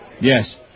Yes